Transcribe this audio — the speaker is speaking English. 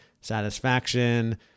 satisfaction